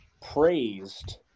Praised